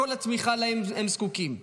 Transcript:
את כל התמיכה שהם זקוקים לה.